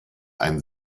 ein